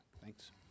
Thanks